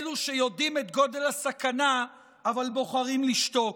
אלו שיודעים את גודל הסכנה אבל בוחרים לשתוק.